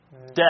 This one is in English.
death